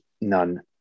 none